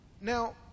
Now